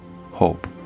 hope